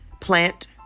plant